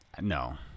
No